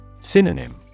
Synonym